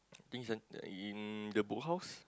things in the in the boathouse